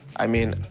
i mean,